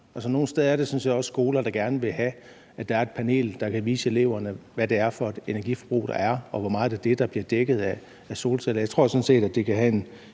Nogle steder er der sådan set også skoler, der gerne vil have, at der er et panel, der kan vise eleverne, hvad det er for et energiforbrug, der er, og hvor meget af det der bliver dækket af solceller.